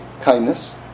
kindness